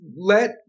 let